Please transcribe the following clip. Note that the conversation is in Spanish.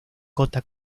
cota